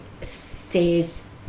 says